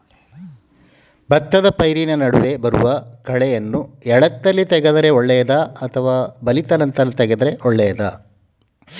ಭತ್ತದ ಪೈರಿನ ನಡುವೆ ಬರುವ ಕಳೆಯನ್ನು ಎಳತ್ತಲ್ಲಿ ತೆಗೆದರೆ ಒಳ್ಳೆಯದಾ ಅಥವಾ ಬಲಿತ ನಂತರ ತೆಗೆದರೆ ಒಳ್ಳೆಯದಾ?